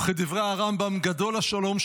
וכדברי הרמב"ם: "גדול השלום,